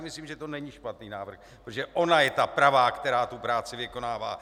Myslím, že to není špatný návrh, protože ona je ta pravá, která tu práci vykonává.